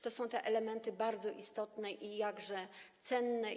To są te elementy bardzo istotne, jakże cenne.